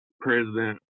President